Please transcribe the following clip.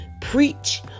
preach